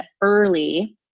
early